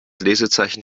lesezeichen